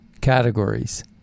categories